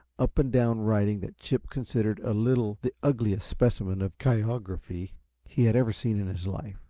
up-and-down writing that chip considered a little the ugliest specimen of chirography he had ever seen in his life.